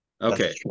Okay